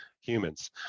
humans